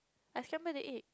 I scramble the egg